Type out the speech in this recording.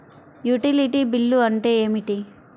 Utility bill అంటే ఏమిటి?